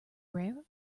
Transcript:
rare